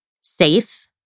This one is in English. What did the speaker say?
safe